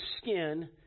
skin